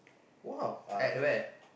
!wow! at where